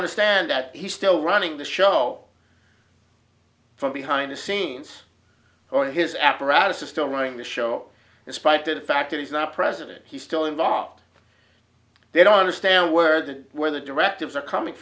understand that he's still running the show from behind the scenes or his apparatus is still running the show in spite of the fact that he's not president he's still involved they don't understand where the where the directives are coming